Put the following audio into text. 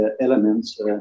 elements